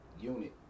unit